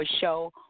show